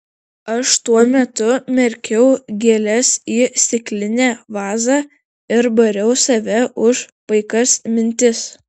aš tuo metu merkiau gėles į stiklinę vazą ir bariau save už paikas mintis